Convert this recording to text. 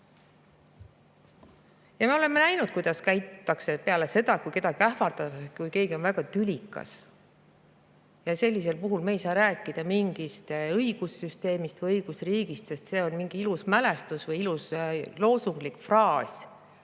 Ja me oleme näinud, kuidas käitutakse peale seda, kui kedagi ähvardatakse, kui keegi on väga tülikas. Sellisel puhul me ei saa rääkida mingist õigussüsteemist või õigusriigist, sest see on mingi ilus mälestus või ilus loosunglik fraas.